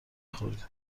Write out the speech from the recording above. خوردیم